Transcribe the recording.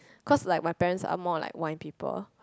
cause like my parents are more like wine people